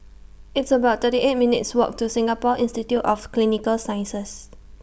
It's about thirty eight minutes' Walk to Singapore Institute of Clinical Sciences